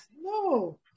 No